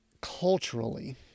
culturally